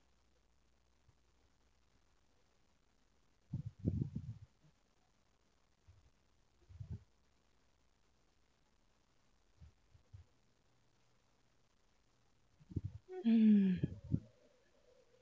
hmm